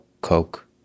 Coke